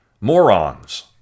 morons